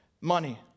money